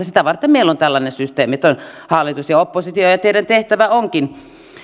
sitä varten meillä on tällainen systeemi että on hallitus ja oppositio ja ja teidän tehtävänne onkin